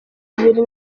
bibiri